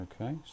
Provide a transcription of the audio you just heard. okay